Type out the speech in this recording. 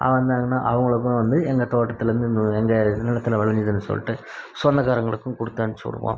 வந்தாங்கன்னால் அவர்களுக்கும் வந்து எங்கள் தோட்டத்திலேந்து எங்கள் நிலத்துல விளஞ்சதுன்னு சொல்லிட்டு சொந்தக்காரர்களுக்கும் கொடுத்தமிச்சு விடுவோம்